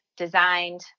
designed